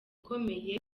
ikomeye